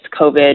COVID